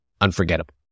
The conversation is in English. unforgettable